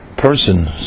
person